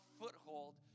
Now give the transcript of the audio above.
foothold